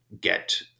get